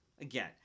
again